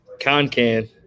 Concan